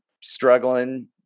struggling